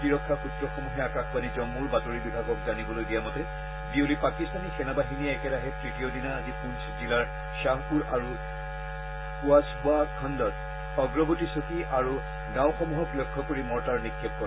প্ৰতিৰক্ষা সুত্ৰসমূহে আকাশবাণী জম্মুৰ বাতৰি বিভাগক জানিবলৈ দিয়া মতে বিয়লি পাকিস্তানী সেনাবাহিনীয়ে একেৰাহে তৃতীয় দিনা আজি পুঞ্চ জিলাৰ শ্বাহপুৰ আৰু কুৱাছবা খণ্ডৰ অগ্ৰৱৰ্তী চকী আৰু গাঁওসমূহক লক্ষ্য কৰি মৰ্টাৰ নিক্ষেপ কৰে